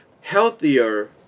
healthier